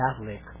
Catholic